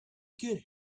get